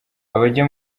abajya